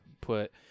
put